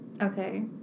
Okay